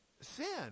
sin